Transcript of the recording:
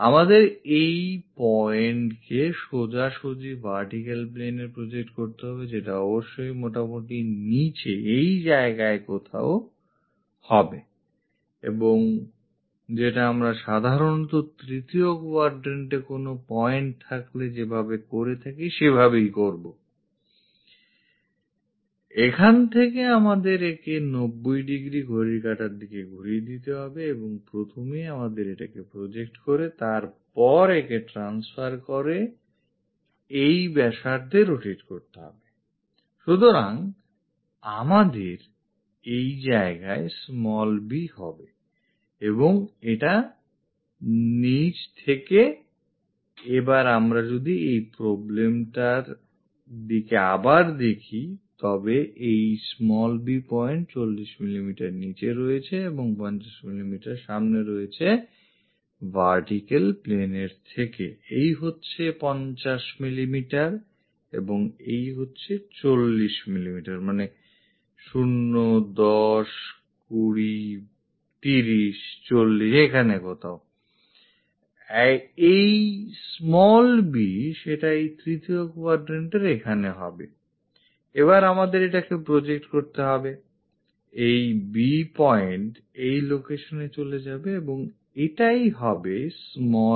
আমাদের এখন এই pointকে সোজাসুজি vertical planeএ project করতে হবে যেটা অবশ্যই মোটামুটি নিচে এই জায়গায় কোথাও হবে এবং যেটা আমরা সাধারণত তৃতীয় quadrantএ কোন point থাকলে যেভাবে করে থাকি সেভাবেই করবI এখান থেকে আমাদের একে 90° ঘড়ির কাটার দিকে ঘুরিয়ে দিতে হবেI এবং প্রথমেই আমাদের এটাকে project করে তারপর একে transfer করে এই ব্যাসার্ধে rotate করতে হবেI সুতরাং আমাদের এই জায়গায় b হবে এবং এটা নিজ থেকে এবার আমরা যদি এই problemএর দিকে আবার দেখি এই b point 40 মিলিমিটার নিচে রয়েছে এবং 50 মিলিমিটার সামনে রয়েছে vertical planeএর থেকেI এই হচ্ছে 50 মিলিমিটার এবং এই হচ্ছে 40 মিলিমিটার মানে 0 10 20 30 40 এখানে কোথাওI এই b সেটা এই তৃতীয় quadrantএর এখানে হবেI এবার আমাদের এটাকে project করতে হবে এই b point এই location এ চলে আসবেI এবং এটাই কি হবে b'